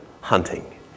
hunting